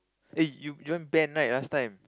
eh you you learn band right last time